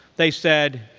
they said,